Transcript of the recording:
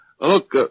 Look